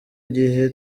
igihe